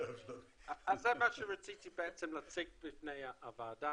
אז זה מה שרציתי להציג בפני הוועדה,